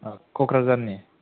अ क'क्राझारनि